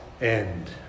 end